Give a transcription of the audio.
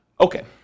Okay